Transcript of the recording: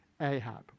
Ahab